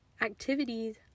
activities